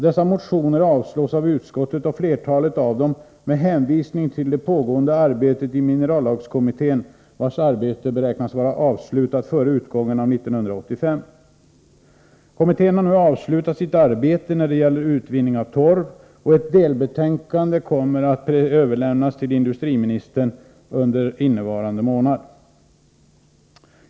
Dessa motioner avstyrks av utskottet, flertalet av dem med hänvisning till det pågående arbetet i minerallagskommittén, vars arbete beräknas vara avslutat före utgången av 1985. Kommittén har nu avslutat sitt arbete när det gäller utvinning av torv, och ett delbetänkande kommer att överlämnas till industriministern under innevarande månad.